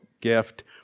gift